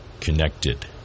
connected